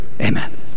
Amen